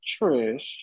Trish